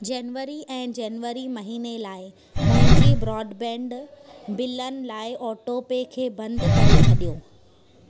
जनवरी ऐं जनवरी महीने लाइ मुंहिंजी ब्रॉडबैंड बिलनि लाइ ऑटोपे खे बंदि करे छॾियो